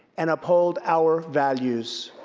and uphold our values.